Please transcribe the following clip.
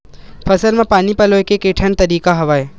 फसल म पानी पलोय के केठन तरीका हवय?